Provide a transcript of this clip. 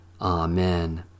Amen